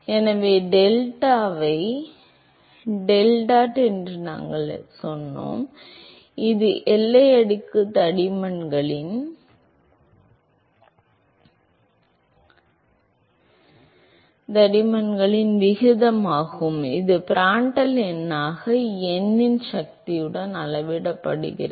எனவே டெல்டாவை டெல்டாட் என்று நாங்கள் சொன்னோம் இது எல்லை அடுக்கு தடிமன்களின் விகிதமாகும் இது பிராண்டல் எண்ணாக n இன் சக்தியுடன் அளவிடப்படுகிறது